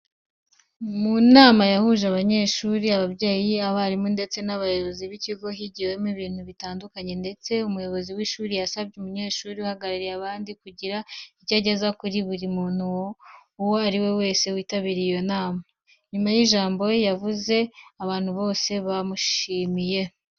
Mu nama yahuje abanyeshuri, ababyeyi, abarimu ndetse n'abayobozi b'ikigo higiwemo ibintu bitandukanye ndetse umuyobozi w'ishuri yasabye umunyeshuri uhagarariye abandi kugira icyo ageza kuri buri muntu uwo ari we wese witabiriye iyo nama. Nyuma y'ijambo yavuze abantu bose bamushimiye.